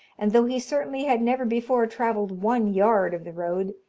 and though he certainly had never before travelled one yard of the road,